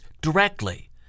directly